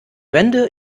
wände